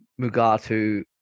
mugatu